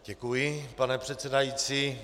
Děkuji, pane předsedající.